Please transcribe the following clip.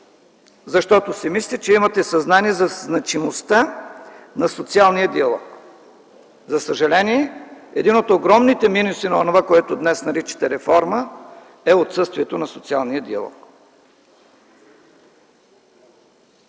Защото си мисля, че имате съзнанието за значимостта на социалния диалог. За съжаление, един от огромните минуси на онова, което днес наричате „реформа”, е отсъствието на социалния диалог.